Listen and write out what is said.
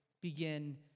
begin